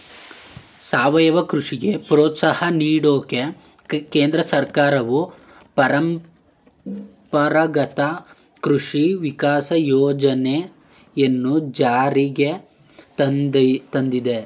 ಸಾವಯವ ಕೃಷಿಗೆ ಪ್ರೋತ್ಸಾಹ ನೀಡೋಕೆ ಕೇಂದ್ರ ಸರ್ಕಾರವು ಪರಂಪರಾಗತ ಕೃಷಿ ವಿಕಾಸ ಯೋಜನೆನ ಜಾರಿಗ್ ತಂದಯ್ತೆ